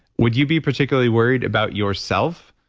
would you be particularly worried about yourself?